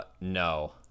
No